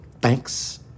thanks